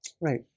right